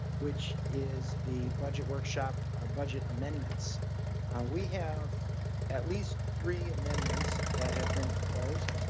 which is the budget workshop, a budget amendments and we have at least three amendments that have been proposed.